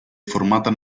formata